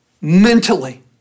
mentally